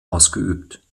ausgeübt